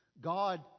God